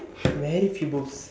very few books